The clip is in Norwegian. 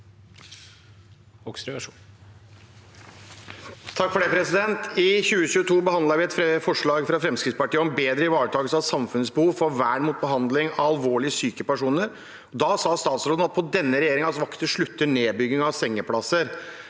I 2022 behandlet vi et forslag fra Fremskrittspartiet om bedre ivaretakelse av samfunnets behov for vern mot og behandling av alvorlig syke personer. Da sa statsråden at på denne regjeringens vakt slutter nedbyggingen av sengeplasser.